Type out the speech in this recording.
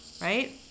right